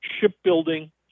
shipbuilding